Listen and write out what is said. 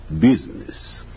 business